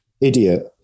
idiot